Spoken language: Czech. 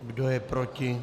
Kdo je proti?